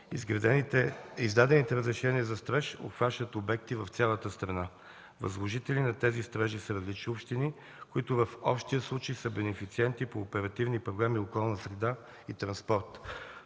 Издадените разрешения за строеж обхващат обекти в цялата страна. Възложители на тези строежи са различни общини, които в общия случай са бенефициенти по оперативни програми „Околна среда” и „Транспорт”.